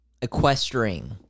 equestering